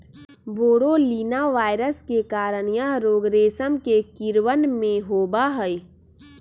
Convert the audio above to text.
बोरोलीना virus के कारण यह रोग रेशम के कीड़वन में होबा हई